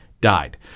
died